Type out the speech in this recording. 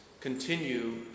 continue